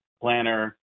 planner